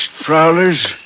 prowlers